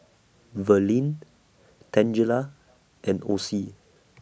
Verlin Tangela and Osie